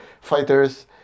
fighters